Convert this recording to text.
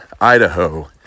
Idaho